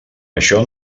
això